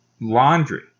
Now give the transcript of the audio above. laundry